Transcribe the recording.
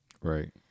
Right